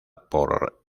por